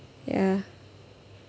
ya